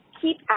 keep